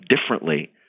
differently